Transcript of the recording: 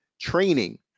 training